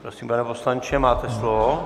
Prosím, pane poslanče, máte slovo.